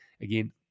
Again